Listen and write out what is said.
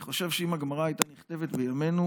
אני חושב שאם הגמרא הייתה נכתבת בימינו,